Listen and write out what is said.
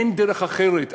אין דרך אחרת,